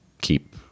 keep